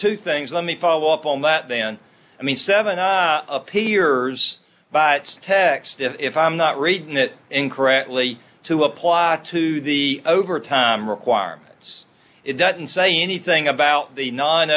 two things let me follow up on that then i mean seven appears by text if i'm not reading that incorrectly to apply to the overtime requirements it doesn't say anything about the non